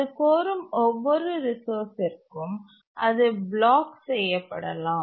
அது கோரும் ஒவ்வொரு ரிசோர்ஸ்ற்கும் அது பிளாக் செய்யப்படலாம்